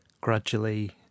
gradually